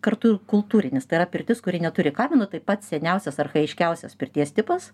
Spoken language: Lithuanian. kartu ir kultūrinis tai yra pirtis kuri neturi kamino tai pats seniausias archajiškiausias pirties tipas